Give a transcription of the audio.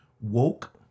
woke